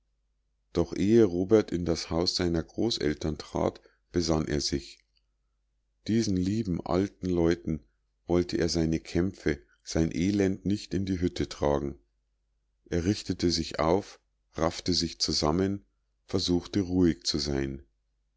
doch ehe robert in das haus seiner großeltern trat besann er sich diesen lieben alten leuten wollte er seine kämpfe sein elend nicht in die hütte tragen er richtete sich auf raffte sich zusammen versuchte ruhig zu sein